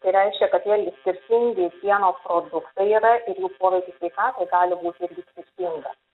tai reiškia kad vėlgi skirtingi pieno produktai yra ir jų poveikis sveikatai gali būt irgi skirtingas